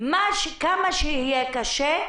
כמה שיהיה קשה,